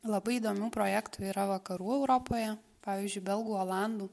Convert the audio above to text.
labai įdomių projektų yra vakarų europoje pavyzdžiui belgų olandų